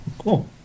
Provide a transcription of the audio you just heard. cool